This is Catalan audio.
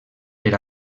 per